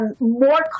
more